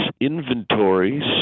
inventories